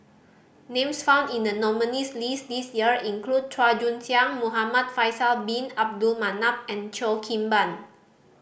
names found in the nominees' list this year include Chua Joon Siang Muhamad Faisal Bin Abdul Manap and Cheo Kim Ban